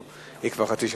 היא כבר חצי שנה,